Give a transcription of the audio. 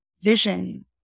vision